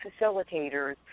facilitators